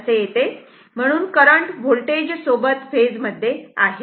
म्हणून current voltage सोबत फेजमध्ये आहे